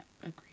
agreed